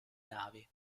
navi